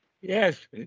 Yes